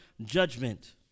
judgment